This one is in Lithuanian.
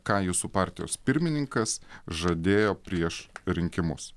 ką jūsų partijos pirmininkas žadėjo prieš rinkimus